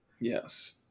Yes